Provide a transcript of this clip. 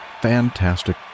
fantastic